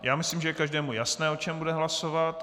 Já myslím, že je každému jasné, o čem bude hlasovat.